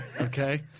okay